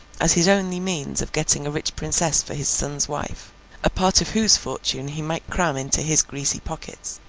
as his only means of getting a rich princess for his son's wife a part of whose fortune he might cram into his greasy pockets.